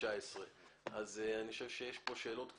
2019. אני חושב שיש כאן שאלות כבדות,